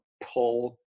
pull